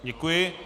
Děkuji.